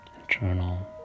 internal